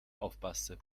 aufpasse